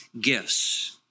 gifts